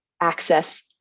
access